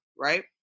Right